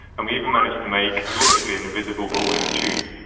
and we even managed to make literally an invisible ball in a tube.